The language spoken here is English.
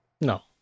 No